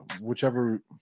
whichever